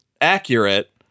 accurate